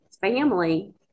family